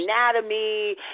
Anatomy